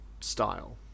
style